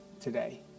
today